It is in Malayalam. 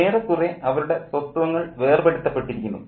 ഏറെക്കുറെ അവരുടെ സ്വത്വങ്ങൾ വേർപെടുത്തപ്പെട്ടിരിക്കുന്നു